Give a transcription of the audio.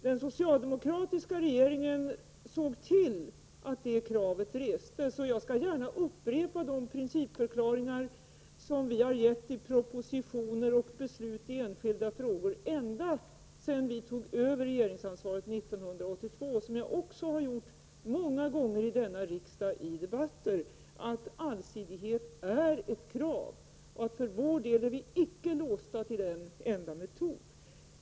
Den socialdemokratiska regeringen såg till att detta krav restes. Jag upprepar gärna de principförklaringar som vi har avgivit i propositioner och beslut i enskilda frågor ända sedan 1982, då vi tog över regeringsansvaret. Allsidighet är ett krav. För vår del är vi icke låsta till en enda metod.